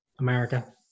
America